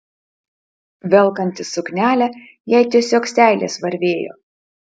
velkantis suknelę jai tiesiog seilės varvėjo